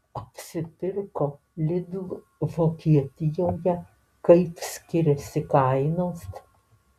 apsipirko lidl vokietijoje kaip skiriasi kainos